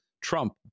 Trump